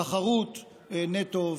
תחרות נטו,